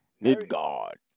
Midgard